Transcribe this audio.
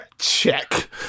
check